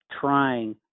trying